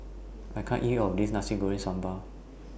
I can't eat All of This Nasi Goreng Sambal